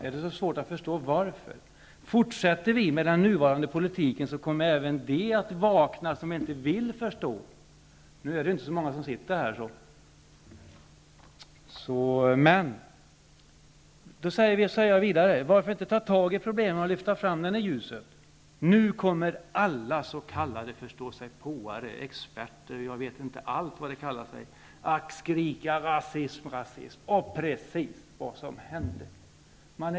Är det så svårt att förstå varför? Fortsätter vi med den nuvarande politiken kommer även de som inte vill förstå att vakna. Nu är det i och för sig inte så många som sitter här. Jag frågade vidare varför man inte skall ta tag i problemen och lyfta fram dem i ljuset? Då kommer alla s.k. förståsigpåare, experter m.fl. att skrika: Rasism, rasism. Det var precis vad som hände.